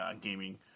gaming